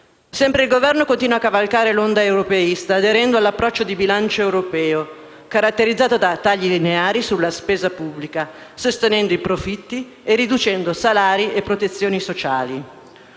Sempre il Governo continua a cavalcare l'onda europeista aderendo all'approccio di bilancio europeo, caratterizzato da tagli lineari sulla spesa pubblica, sostenendo i profitti e riducendo salari e protezioni sociali.